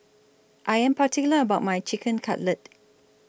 I Am particular about My Chicken Cutlet